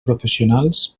professionals